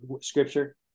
scripture